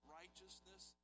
righteousness